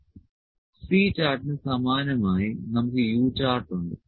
C ചാർട്ടിന് സമാനമായി നമുക്ക് U ചാർട്ട് ഉണ്ട്